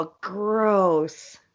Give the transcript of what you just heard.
gross